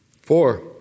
Four